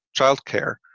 childcare